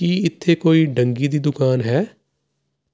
ਕੀ ਇੱਥੇ ਕੋਈ ਡੰਗੀ ਦੀ ਦੁਕਾਨ ਹੈ